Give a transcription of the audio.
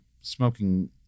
smoking